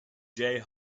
jay